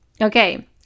Okay